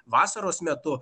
vasaros metu